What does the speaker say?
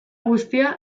guztia